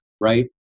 right